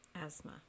asthma